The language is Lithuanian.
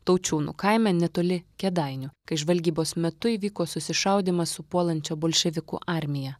taučiūnų kaime netoli kėdainių kai žvalgybos metu įvyko susišaudymas su puolančia bolševikų armija